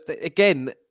again